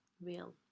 Real